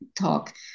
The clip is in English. talk